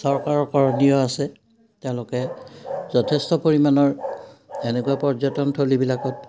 চৰকাৰৰ কৰণীয় আছে তেওঁলোকে যথেষ্ট পৰিমাণৰ এনেকুৱা পৰ্যটনথলীবিলাকত